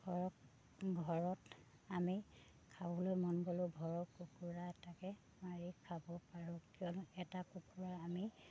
ঘৰক ঘৰত আমি খাবলৈ মন গ'লেও ঘৰৰ কুকুৰা এটাকে মাৰি খাব পাৰোঁ কিয়নো এটা কুকুৰা আমি